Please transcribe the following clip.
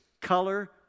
color